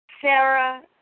Sarah